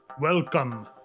Welcome